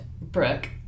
Brooke